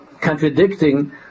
contradicting